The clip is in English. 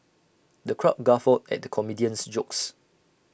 the crowd guffawed at the comedian's jokes